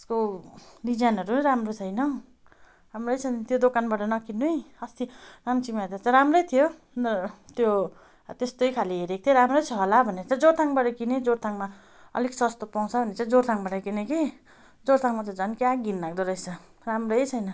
त्यसको डिजाइनहरू राम्रो छैन राम्रै छैन त्यो दोकानबाट नकिन्नु है अस्ति नाम्चीमा हेर्दा त राम्रै थियो त्यो त्यस्तै खाले हेरेको थिएँ राम्रै छ होला भनेर चाहिँ जोरथाङबाट किनेँ जोरथाङमा अलिक सस्तो पाउँछ भनेर चाहिँ जोरथाङबाट किनेँ कि जोरथाङमा त झन क्या घिलाग्दो रैछ राम्रै छैन